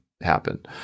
happen